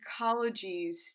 ecologies